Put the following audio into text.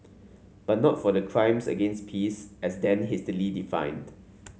but not for crimes against peace as then hastily defined